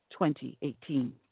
2018